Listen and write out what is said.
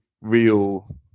real